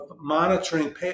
monitoring